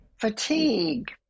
fatigue